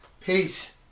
peace